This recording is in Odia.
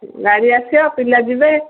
ଗାଡ଼ି ଆସିବ ପିଲା ଯିବେ